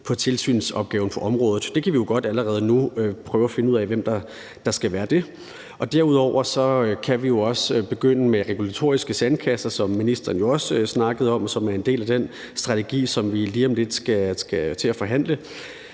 på tilsynsopgaven på området. Det kan vi jo godt allerede nu prøve at finde ud af, altså hvem der skal være det. Derudover kan vi jo også begynde med regulatoriske sandkasser, som ministeren også snakkede om, og som er en del af den strategi, som vi lige om lidt skal til at forhandle,